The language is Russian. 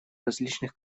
различных